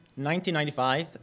1995